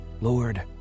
Lord